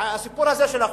הסיפור הזה של החוק.